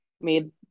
made